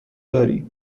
درای